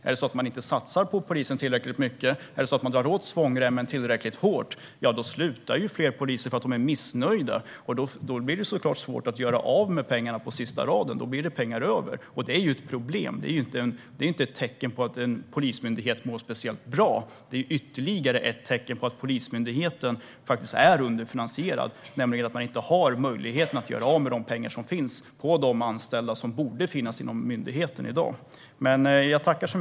Om man inte satsar tillräckligt mycket på polisen - om man drar åt svångremmen tillräckligt hårt - slutar fler poliser för att de är missnöjda. Då blir det såklart svårt att göra av med pengarna på sista raden. Då blir det pengar över, vilket ju är ett problem och inte ett tecken på att Polismyndigheten mår speciellt bra. Att man inte har möjlighet att göra av med de pengar som finns på de anställda som borde finnas inom myndigheten i dag är ytterligare ett tecken på att Polismyndigheten är underfinansierad.